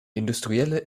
industrielle